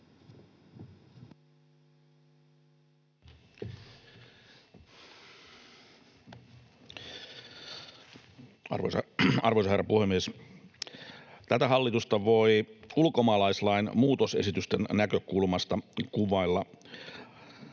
Arvoisa herra puhemies! Tätä hallitusta voi ulkomaalaislain muutosesitysten näkökulmasta kuvailla